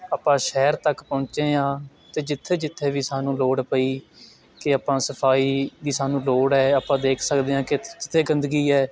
ਆਪਾਂ ਸ਼ਹਿਰ ਤੱਕ ਪਹੁੰਚੇ ਹਾਂ ਅਤੇ ਜਿੱਥੇ ਜਿੱਥੇ ਵੀ ਸਾਨੂੰ ਲੋੜ ਪਈ ਕਿ ਆਪਾਂ ਸਫਾਈ ਦੀ ਸਾਨੂੰ ਲੋੜ ਹੈ ਆਪਾਂ ਦੇਖ ਸਕਦੇ ਹਾਂ ਕਿ ਜਿੱਥੇ ਗੰਦਗੀ ਹੈ